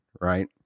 right